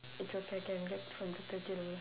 it's okay I can get from the thirty dollars